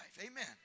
Amen